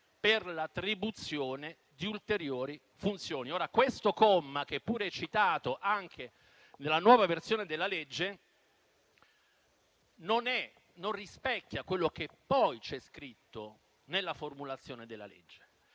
per l'attribuzione di ulteriori funzioni. Questo comma, che pure è citato anche nella nuova versione della legge, non rispecchia quello che poi c'è scritto nella formulazione della legge,